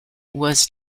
was